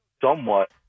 somewhat